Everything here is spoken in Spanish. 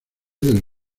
del